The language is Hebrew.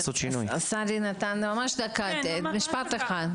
משפט אחד.